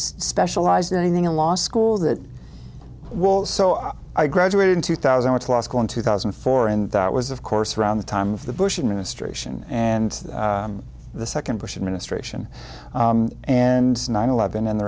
specialize in anything in law school that will so i graduated in two thousand with law school in two thousand and four and it was of course around the time of the bush administration and the second bush administration and nine eleven and the